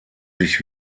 sich